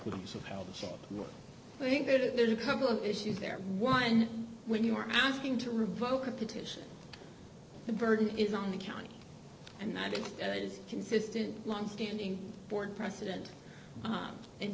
think there's a couple of issues there one when you were asking to revoke a petition the burden is on the county and not if it is consistent longstanding board precedent on and